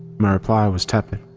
my reply was tepid.